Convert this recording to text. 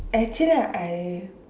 actually I